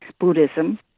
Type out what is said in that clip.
Buddhism